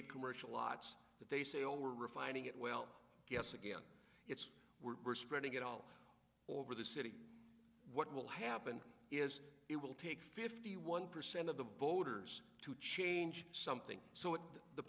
eight commercial lots that they say over refining it well yes again it's we're spreading it all over the city what will happen is it will take fifty one percent of the voters to change something so that the